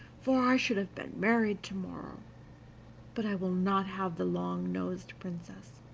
for i should have been married to-morrow but i will not have the long-nosed princess,